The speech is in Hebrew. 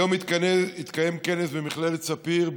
היום התקיים כנס במכללת ספיר,